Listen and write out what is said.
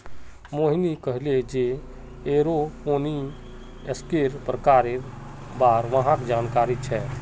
मोहिनी कहले जे एरोपोनिक्सेर प्रकारेर बार वहाक जानकारी छेक